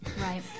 Right